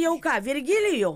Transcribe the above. jau ką virgilijų